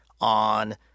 on